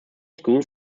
school